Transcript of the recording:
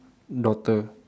daughter